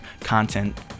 content